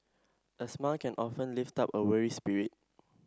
a smile can often lift up a weary spirit